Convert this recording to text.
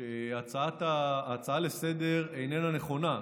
שההצעה לסדר-היום איננה נכונה,